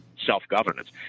self-governance